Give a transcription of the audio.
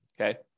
okay